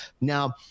Now